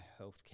healthcare